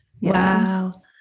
Wow